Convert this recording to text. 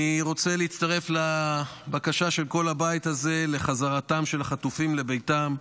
אני רוצה להצטרף לבקשה של כל הבית הזה לחזרתם של החטופים לביתם,